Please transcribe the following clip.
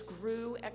grew